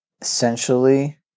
essentially